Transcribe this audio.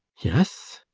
yes?